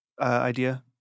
idea